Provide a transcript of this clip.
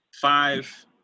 five